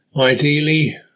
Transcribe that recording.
Ideally